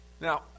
Now